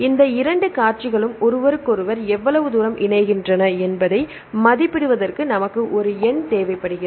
இந்த இரண்டு காட்சிகளும் ஒருவருக்கொருவர் எவ்வளவு தூரம் இணைகின்றன என்பதை மதிப்பிடுவதற்கு நமக்கு ஒரு எண் அமைப்பு தேவப்படுகிறது